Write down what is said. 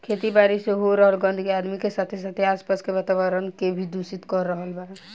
खेती बारी से हो रहल गंदगी आदमी के साथे साथे आस पास के वातावरण के भी दूषित कर रहल बा